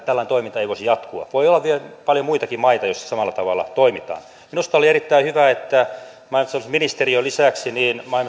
tällainen toiminta ei voisi jatkua voi olla vielä paljon muitakin maita joissa samalla tavalla toimitaan minusta oli erittäin hyvä että maa ja metsätalousministeriön lisäksi maa ja